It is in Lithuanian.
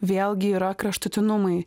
vėlgi yra kraštutinumai